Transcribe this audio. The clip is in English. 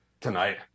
Tonight